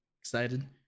excited